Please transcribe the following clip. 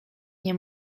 nie